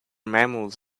mammals